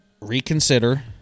reconsider